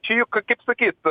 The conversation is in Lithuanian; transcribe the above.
čia juk kaip sakyt